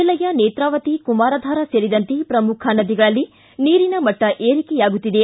ಜಿಲ್ಲೆಯ ನೇತ್ರಾವತಿ ಕುಮಾರಧಾರಾ ಸೇರಿದಂತೆ ಪ್ರಮುಖ ನದಿಗಳಲ್ಲಿ ನೀರಿನ ಮಟ್ಟ ಏರಿಕೆಯಾಗುತ್ತಿದೆ